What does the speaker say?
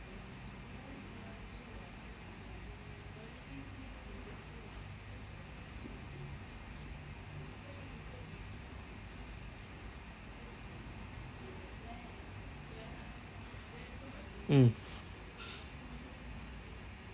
mm